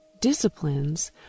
Disciplines